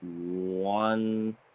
one